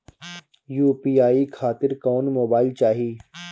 UPI खातिर कौन mobile चाहीं?